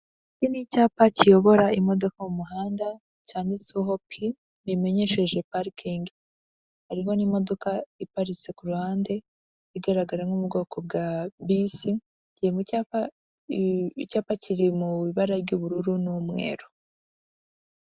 Iki ni icyapa kiyobora imodoka mu muhanda cyanditseho pi bimenyesheje parkingi harimo n'imodoka iparitse kuruhande igaragara nko mu bwoko bwa bisi iri mu icyapa, icyapa kiri mu ibara ry'ubururu n'umweru.